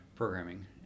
programming